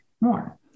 more